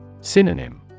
Synonym